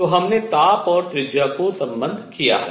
तो हमने ताप और त्रिज्या को सम्बद्ध किया है